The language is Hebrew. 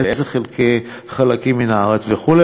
באילו חלקים מן הארץ וכו'.